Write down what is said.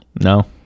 No